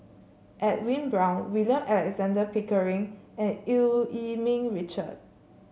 Edwin Brown William Alexander Pickering and Eu Yee Ming Richard